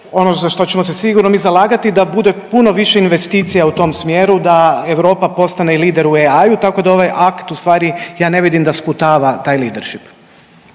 ono za što ćemo se sigurno mi zalagati da bude puno više investicija u tom smjeru da Europa postane i lider u AI-u tako da ovaj akt u stvari ja ne vidim da sputava taj lidership.